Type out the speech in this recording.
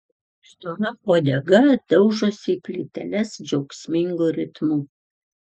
stora uodega daužosi į plyteles džiaugsmingu ritmu